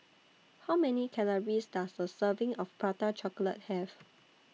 How Many Calories Does A Serving of Prata Chocolate Have